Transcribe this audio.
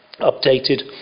updated